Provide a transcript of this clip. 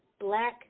black